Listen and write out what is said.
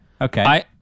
Okay